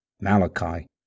Malachi